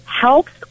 helps